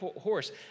horse